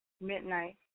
midnight